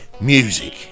music